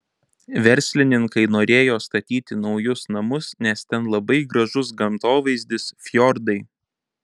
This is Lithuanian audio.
verslininkai norėjo statyti naujus namus nes ten labai gražus gamtovaizdis fjordai